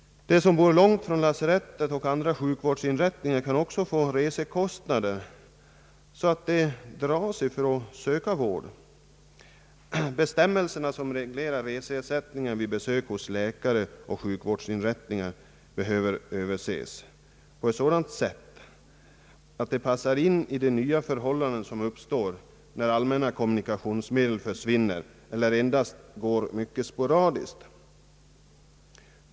De som bor långt från lasarett och andra sjukvårdsinrättningar kan också få så dryga resekostnader att de drar sig för att söka vård. De bestämmelser som reglerar reseersättningarna vid besök hos läkare och på sjukvårdsinrättningar behöver överses så att de passar in i de nya förhållanden som uppstår när allmänna kommunikationsmedel försvinner eller endast fungerar mycket sporadiskt.